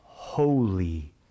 holy